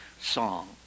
song